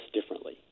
differently